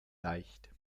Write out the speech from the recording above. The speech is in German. leicht